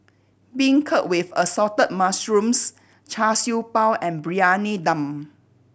beancurd with Assorted Mushrooms Char Siew Bao and Briyani Dum